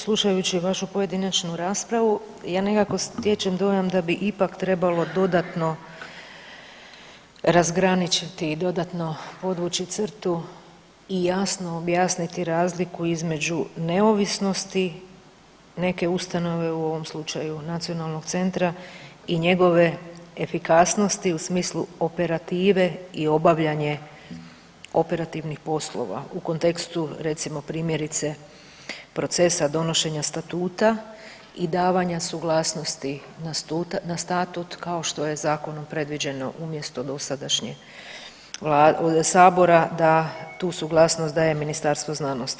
Slušajući vašu pojedinačnu raspravu, ja nekako stječem dojam da bi ipak trebalo dodatno razgraničiti i dodatno podvući crtu i jasno objasniti razliku između neovisnosti neke ustanove, u ovom slučaju Nacionalnog centra i njegove efikasnosti u smislu operative i obavljanje operativnih poslova u kontekstu recimo primjerice procesa donošenja statuta i davanja suglasnosti na statut kao što je zakonom predviđeno umjesto dosadašnjeg sabora da tu suglasnost daje Ministarstvo znanosti.